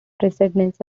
precedence